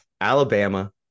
Alabama